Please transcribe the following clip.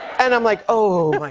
and i'm like, oh, my